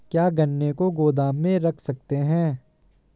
क्या गन्ने को गोदाम में रख सकते हैं?